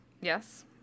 Yes